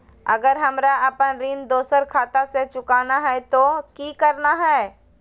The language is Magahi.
अगर हमरा अपन ऋण दोसर खाता से चुकाना है तो कि करना है?